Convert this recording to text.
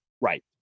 right